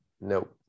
Nope